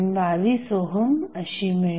22 ohm अशी मिळेल